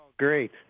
great